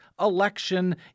election